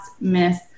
miss